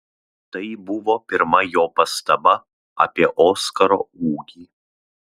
tai buvo pirma jo pastaba apie oskaro ūgį